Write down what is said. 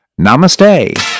Namaste